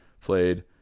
played